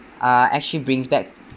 uh actually brings back